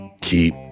keep